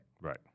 Right